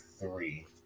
three